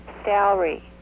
salary